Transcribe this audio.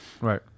right